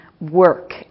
work